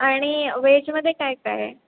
आणि वेजमध्ये काय काय आहे